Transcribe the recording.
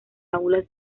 aulas